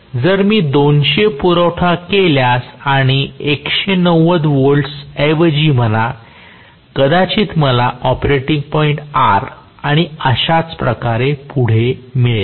जर मी 200 पुरवठा केल्यास आणि 190 व्होल्ट्स त्याऐवजी म्हणा कदाचित मला ऑपरेटिंग पॉईंट R आणि अशाच प्रकारे पुढे मिळेल